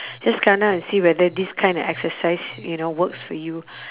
just come down and see whether this kind of exercise you know works for you